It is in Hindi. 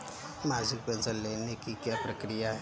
मासिक पेंशन लेने की क्या प्रक्रिया है?